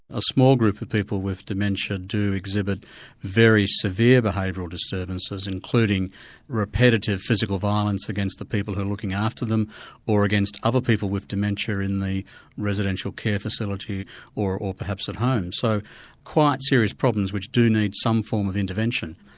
a small group of people with dementia do exhibit very severe behavioural disturbances including repetitive physical violence against the people who are looking after them or against other people with dementia in the residential care facility or or perhaps at home. so quite serious problems which do need some form of intervention.